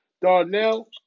Darnell